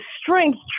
strength